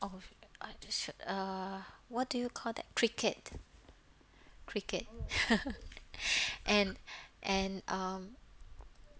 oh should I should uh what do you call that cricket cricket and and um